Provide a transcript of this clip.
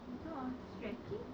你做 stretching